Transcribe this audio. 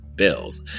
Bills